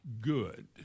good